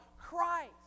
Christ